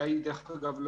דרך אגב,